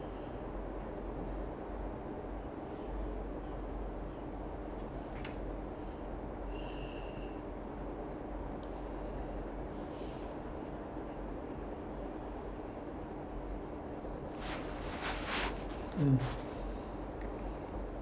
mm